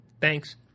Thanks